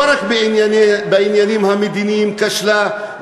לא רק בעניינים המדיניים כשלה,